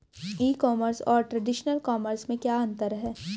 E commerce और traditional commerce में क्या अंतर है?